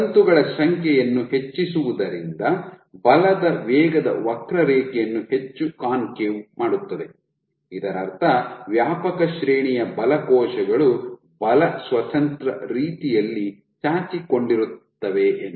ತಂತುಗಳ ಸಂಖ್ಯೆಯನ್ನು ಹೆಚ್ಚಿಸುವುದರಿಂದ ಬಲದ ವೇಗದ ವಕ್ರರೇಖೆಯನ್ನು ಹೆಚ್ಚು ಕಾನ್ಕೇವ್ ಮಾಡುತ್ತದೆ ಇದರರ್ಥ ವ್ಯಾಪಕ ಶ್ರೇಣಿಯ ಬಲ ಕೋಶಗಳು ಬಲ ಸ್ವತಂತ್ರ ರೀತಿಯಲ್ಲಿ ಚಾಚಿಕೊಂಡಿರುತ್ತವೆ ಎಂದು